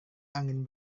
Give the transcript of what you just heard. angin